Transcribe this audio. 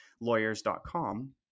lawyers.com